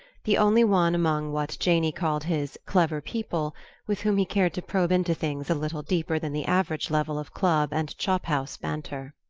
the only one among what janey called his clever people with whom he cared to probe into things a little deeper than the average level of club and chop-house banter.